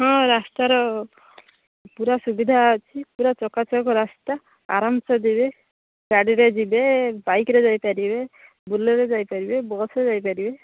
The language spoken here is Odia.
ହଁ ରାସ୍ତାର ପୂରା ସୁବିଧା ଅଛି ପୂରା ଚକାଚକ୍ ରାସ୍ତା ଆରାମସେ ଯିବେ ଗାଡ଼ିରେ ଯିବେ ବାଇକ୍ ରେ ଯାଇପାରିବେ ବୁଲେରୋରେ ଯାଇପାରିବେ ବସ୍ ରେ ଯାଇପାରିବେ